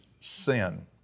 sin